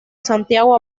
santiago